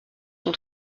son